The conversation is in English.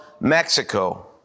Mexico